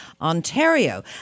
Ontario